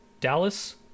Dallas